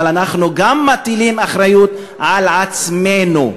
אבל אנחנו גם מטילים אחריות על עצמנו,